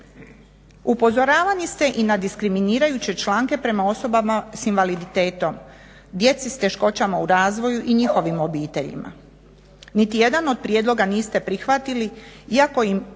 Upozoravani ste i na diskriminirajuće članke prema osobama sa invaliditetom, djeci sa teškoćama u razvoju i njihovim obiteljima. Niti jedan od prijedloga niste prihvatili iako im